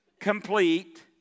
complete